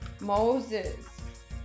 Moses